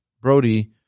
Brody